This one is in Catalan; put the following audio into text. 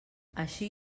així